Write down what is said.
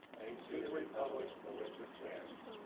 to the republic for which it stands,